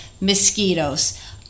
mosquitoes